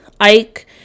Ike